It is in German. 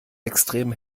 extrem